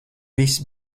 viss